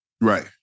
Right